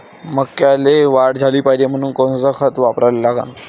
मक्याले वाढ झाली पाहिजे म्हनून कोनचे खतं वापराले लागन?